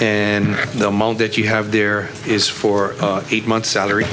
and the amount that you have there is for eight months salary